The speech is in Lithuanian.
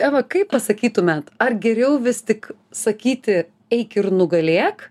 eva kaip pasakytumėt ar geriau vis tik sakyti eik ir nugalėk